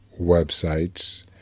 websites